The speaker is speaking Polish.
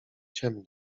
ciemno